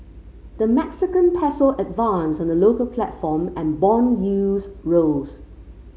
the Mexican peso advanced on the local platform and bond yields rose